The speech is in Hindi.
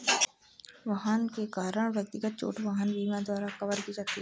वाहन के कारण व्यक्तिगत चोट वाहन बीमा द्वारा कवर की जाती है